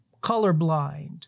colorblind